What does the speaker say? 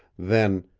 then,